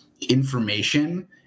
information